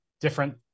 different